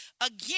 Again